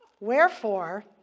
Wherefore